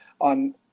on